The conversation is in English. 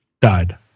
Died